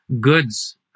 goods